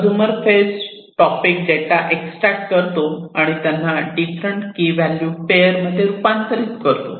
consumer phase topic data extract करतो आणि त्यांना डिफरंट की व्हॅल्यू पेअर मध्ये रूपांतरित करतो